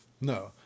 no